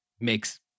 makes